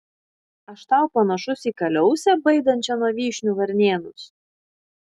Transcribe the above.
aš tau panašus į kaliausę baidančią nuo vyšnių varnėnus